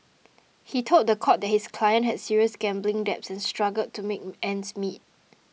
he told the court that his client had serious gambling debts and struggled to make ends meet